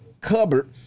cupboard